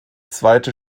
zweite